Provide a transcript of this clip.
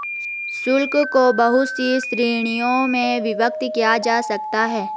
शुल्क को बहुत सी श्रीणियों में विभक्त किया जा सकता है